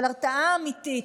אבל הרתעה אמיתית.